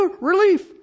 relief